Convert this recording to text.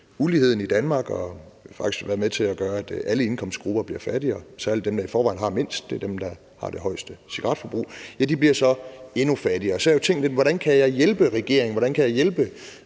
med til at gøre, at alle indkomstgrupper bliver fattigere, særlig dem, der i forvejen har mindst – det er dem, der har det højeste cigaretforbrug – ja, de bliver så endnu fattigere. Så har jeg jo tænkt lidt over: Hvordan kan jeg hjælpe regeringen,